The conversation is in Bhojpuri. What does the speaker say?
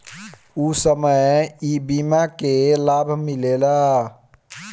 ऊ समय ई बीमा कअ लाभ मिलेला